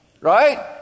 Right